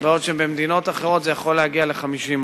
בעוד שבמדינות אחרות זה יכול להגיע ל-50%.